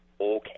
Okay